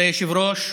עליכום.